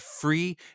free